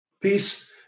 peace